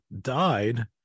died